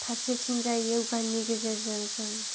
फारसेथिंजाय य'गानि गेजेरजों जों